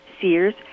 Sears